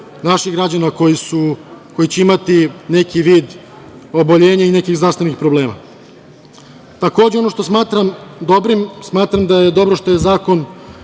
naših građana koji će imati neki vid oboljenja i nekih zdravstvenih problema. Takođe, ono što smatram dobrim, smatram da je dobro što je zakon